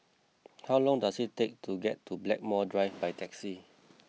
how long does it take to get to Blackmore Drive by taxi